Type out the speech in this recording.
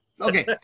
Okay